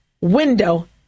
window